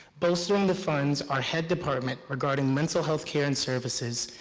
bolstering the funds our head department, regarding mental health care and services,